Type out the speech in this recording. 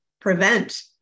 prevent